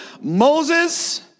Moses